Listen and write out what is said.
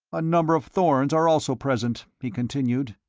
a number of thorns are also present, he continued.